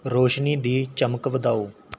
ਰੋਸ਼ਨੀ ਦੀ ਚਮਕ ਵਧਾਓ